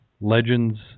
Legends